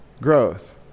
growth